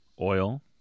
Oil